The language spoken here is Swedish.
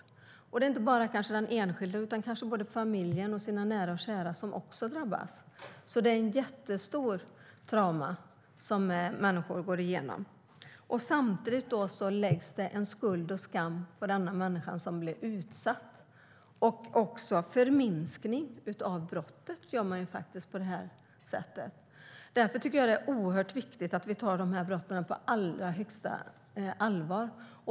Det är kanske inte bara den enskilde utan också familjen och nära och kära som drabbas. Det är ett mycket stort trauma som människor går igenom. Samtidigt läggs det skuld och skam på den människa som blir utsatt. Man förminskar också brottet på det här sättet. Jag tycker att det är oerhört viktigt att vi tar de här brotten på allra största allvar.